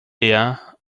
eher